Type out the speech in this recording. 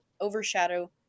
overshadow